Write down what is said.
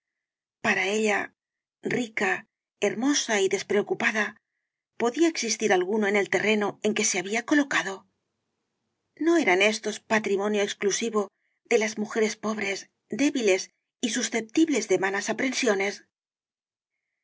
para ella rica hermosa y despreocupada podía existir alguno en el terreno en que se había colocado no eran éstos patrimonio exclusivo de las mujeres pobres débiles y susceptibles de vanas aprensiones y